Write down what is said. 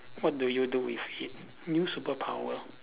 what do you do with it new superpower